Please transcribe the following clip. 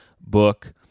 book